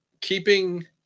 keeping